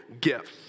gifts